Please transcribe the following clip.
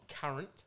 current